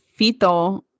Fito